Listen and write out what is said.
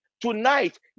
Tonight